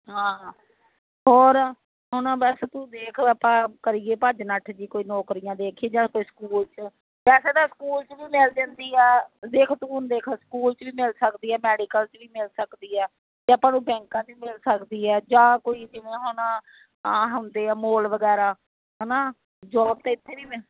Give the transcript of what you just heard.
ਹਾਂ ਹੋਰ ਹੁਣ ਬਸ ਤੂੰ ਦੇਖ ਆਪਾਂ ਕਰੀਏ ਭੱਜ ਨੱਠ ਜਿਹੀ ਕੋਈ ਨੌਕਰੀਆਂ ਦੇਖੀਏ ਜਾਂ ਕੋਈ ਸਕੂਲ 'ਚ ਵੈਸੇ ਤਾਂ ਸਕੂਲ 'ਚ ਵੀ ਮਿਲ ਜਾਂਦੀ ਆ ਦੇਖ ਤੂੰ ਦੇਖ ਸਕੂਲ 'ਚ ਵੀ ਮਿਲ ਸਕਦੀ ਹੈ ਮੈਡੀਕਲ 'ਚ ਵੀ ਮਿਲ ਸਕਦੀ ਆ ਅਤੇ ਆਪਾਂ ਨੂੰ ਬੈਂਕਾਂ 'ਚ ਵੀ ਮਿਲ ਸਕਦੀ ਆ ਜਾਂ ਕੋਈ ਜਿਵੇਂ ਹੁਣ ਇਹ ਹੁੰਦੇ ਆ ਮੋਲ ਵਗੈਰਾ ਹੈ ਨਾ ਜੋਬ ਤਾਂ ਇੱਥੇ ਵੀ ਮਿਲ